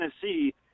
Tennessee